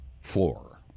floor